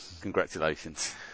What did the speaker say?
Congratulations